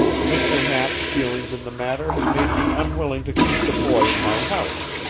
mr. knapp's feelings in the matter had made me unwilling to keep the boy in my house,